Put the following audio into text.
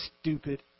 stupid